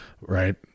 right